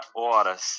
horas